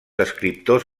escriptors